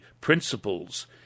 principles